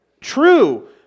true